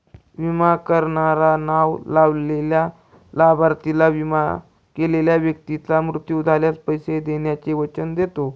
विमा करणारा नाव लावलेल्या लाभार्थीला, विमा केलेल्या व्यक्तीचा मृत्यू झाल्यास, पैसे देण्याचे वचन देतो